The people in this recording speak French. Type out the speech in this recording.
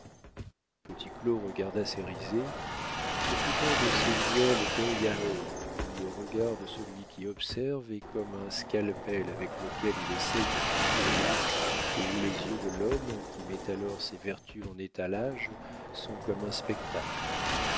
petit claud regarda cérizet ce fut un de ces duels d'œil à œil où le regard de celui qui observe est comme un scalpel avec lequel il essaye de fouiller l'âme et où les yeux de l'homme qui met alors ses vertus en étalage sont comme un spectacle